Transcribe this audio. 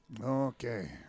Okay